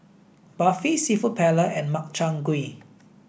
Barfi Seafood Paella and Makchang gui